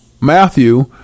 Matthew